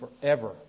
forever